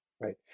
Right